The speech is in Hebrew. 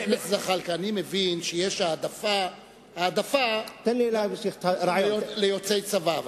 חבר הכנסת זחאלקה, אני מבין שיש העדפה ליוצאי צבא.